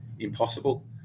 Impossible